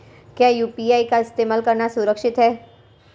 क्या यू.पी.आई का इस्तेमाल करना सुरक्षित है?